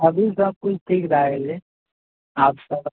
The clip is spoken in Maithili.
अभी सबकिछु ठीक भए गेलय आब सब